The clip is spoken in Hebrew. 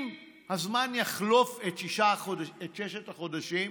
אם הזמן יחלוף, ששת החודשים,